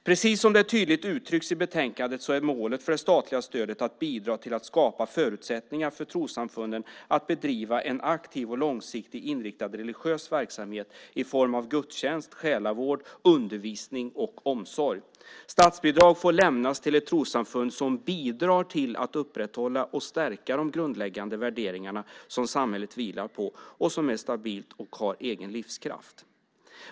Precis som det tydligt uttrycks i betänkandet är målet för det statliga stödet att bidra till att skapa förutsättningar för trossamfunden att bedriva en aktiv och långsiktigt inriktad religiös verksamhet i form av gudstjänst, själavård, undervisning och omsorg. Statsbidrag får lämnas till ett trossamfund som bidrar till att upprätthålla och stärka de grundläggande värderingar som samhället vilar på och som är stabilt och har egen livskraft.